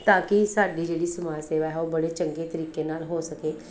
ਤਾਂ ਕਿ ਸਾਡੀ ਜਿਹੜੀ ਸਮਾਜ ਸੇਵਾ ਹੈ ਉਹ ਬੜੇ ਚੰਗੇ ਤਰੀਕੇ ਨਾਲ ਹੋ ਸਕੇ